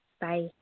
Bye